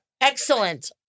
Excellent